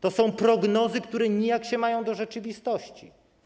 To są prognozy, które nijak się mają do rzeczywistości.